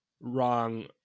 wrong